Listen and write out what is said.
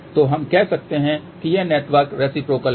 तो हम कह सकते हैं कि यह नेटवर्क रेसिप्रोकल है